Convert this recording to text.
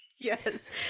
yes